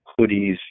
hoodies